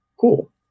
cool